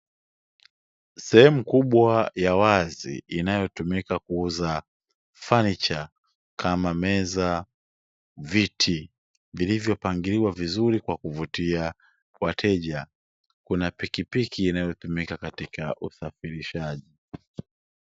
Sehemu kubwa ya wazi inayotumika kuuza fanicha kama meza, viti. Vilivyo pangiliwa vizuri kwa kuvutia wateja, kuna pikipiki inayotumika katika usafirishaji.